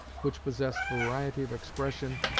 which possessed variety of expression,